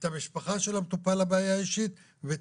את המשפחה של המטופל לבעיה האישית ואת